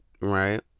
right